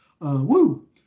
Woo